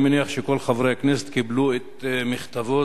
אני מניח שכל חברי הכנסת קיבלו את מכתבו-זעקתו